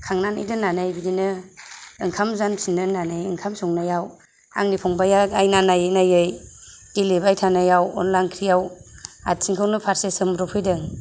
खांनानै दोननानै आं बिदिनो ओंखाम जाननो होननानै संनायाव आंनि फंबाइआ आइना नायै नायै गेलेबाय थानायाव अनद्ला ओंख्रिआव आथिंखौनो फारसे सोमब्र' फैदों